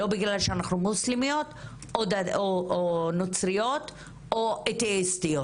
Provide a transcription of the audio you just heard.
לא בגלל שאנחנו מוסלמיות או נוצריות או אתאיסטיות.